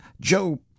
Joe